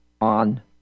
on